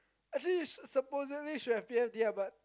actually supposedly should have P_F_D but